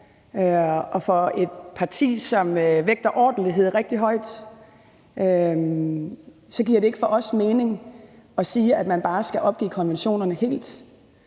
og som et parti, som vægter ordentlighed rigtig højt, giver det ikke for os mening at sige, at man bare skal opgive konventionerne helt,